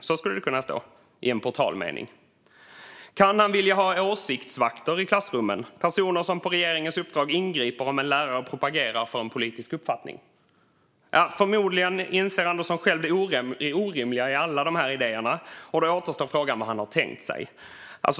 Så skulle det kunna stå i en portalmening. Kan han vilja ha åsiktsvakter i klassrummen, det vill säga personer som på regeringens uppdrag ingriper om en lärare propagerar för en politisk uppfattning? Förmodligen inser han själv det orimliga i alla dessa idéer. Då återstår frågan vad han har tänkt sig.